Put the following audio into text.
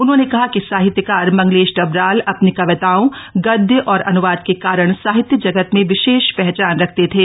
उन्होंने कहा कि साहित्यकार मंगलेश डबराल अपनी कविताओं गदय और अनुवाद के कारण साहित्य जगत में विशेष पहचान रखते थे